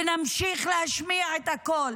ונמשיך להשמיע את הקול,